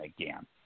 again